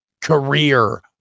career